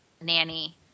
nanny